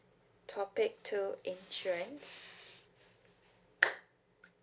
topic two insurance